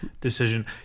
decision